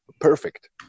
Perfect